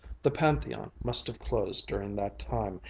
the pantheon must have closed during that time,